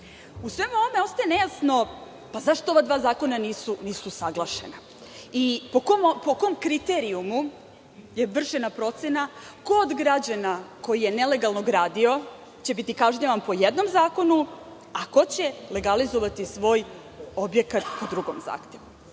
svemu ovome ostaje nejasno zašto ova dva zakona nisu usaglašena, po kom kriterijumu je vršena procena, ko od građana koji je nelegalno gradio će biti kažnjavan po jednom zakonu, a ko će legalizovati svoj objekat u drugom zahtevu.